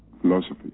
philosophy